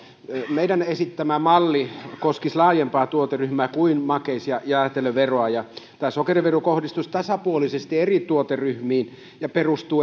meidän esittämämme malli koskisi laajempaa tuoteryhmää kuin makeisia ja jäätelöä ja tämä sokerivero kohdistuisi tasapuolisesti eri tuoteryhmiin ja perustuisi